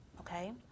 Okay